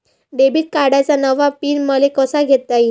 Debit कार्डचा नवा pin मले कसा घेता येईन?